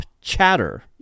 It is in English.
chatter